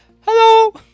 Hello